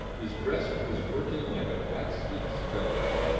his breast was working like a blacksmith's bellows,